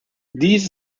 these